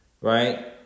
right